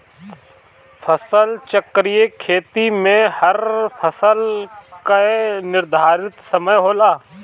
फसल चक्रीय खेती में हर फसल कअ निर्धारित समय होला